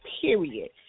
period